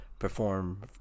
Perform